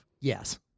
Yes